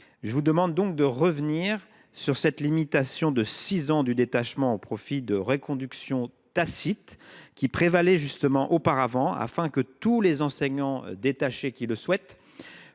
au Gouvernement de revenir sur cette limitation à six ans du détachement, au profit des reconductions tacites qui prévalaient auparavant. Ainsi, tous les enseignants détachés qui le souhaitent